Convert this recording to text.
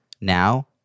Now